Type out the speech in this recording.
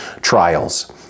Trials